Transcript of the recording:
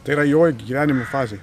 tai yra jo gyvenimo fazė